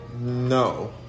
No